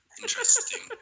interesting